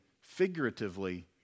figuratively